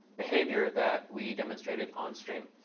behavior that we demonstrated on stream.